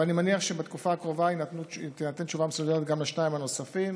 ואני מניח שבתקופה הקרובה תינתן תשובה מסודרת גם על שתיים הנוספות.